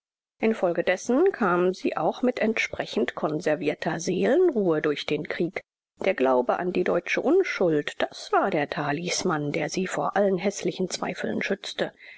infolgedessen kamen sie auch mit entsprechend konservierter seelenruhe durch den krieg der glaube an die deutsche unschuld das war der talisman der sie vor allen häßlichen zweifeln schützte